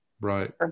Right